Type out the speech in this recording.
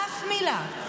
אף מילה.